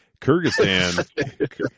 kyrgyzstan